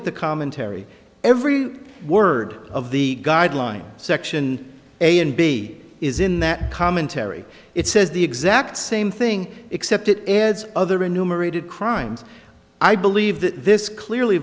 at the commentary every word of the guideline section a and b is in that commentary it says the exact same thing except it adds other enumerated crimes i believe that this clearly